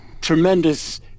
tremendous